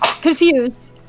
Confused